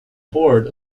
board